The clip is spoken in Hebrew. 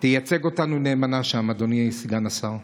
תייצג אותנו נאמנה שם, אדוני סגן השר.